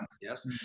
yes